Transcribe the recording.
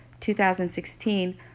2016